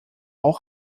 auch